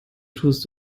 tust